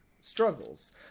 struggles